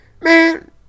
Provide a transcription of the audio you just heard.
Man